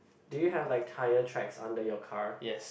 do you have like tyre tracks under your car